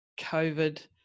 COVID